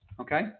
okay